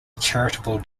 charitable